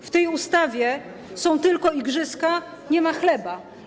W tej ustawie są tylko igrzyska, nie ma chleba.